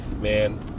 man